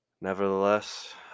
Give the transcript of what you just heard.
nevertheless